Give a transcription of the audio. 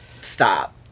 stop